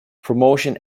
promotion